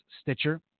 Stitcher